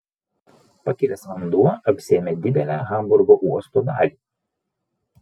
pakilęs vanduo apsėmė didelę hamburgo uosto dalį